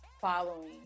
following